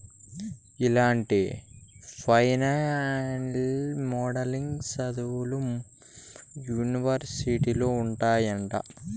ఇలాంటి financial modelling సదువులు యూనివర్సిటీలో ఉంటాయంట